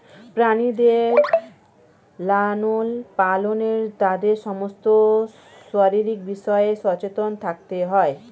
প্রাণীদের লালন পালনে তাদের সমস্ত শারীরিক বিষয়ে সচেতন থাকতে হয়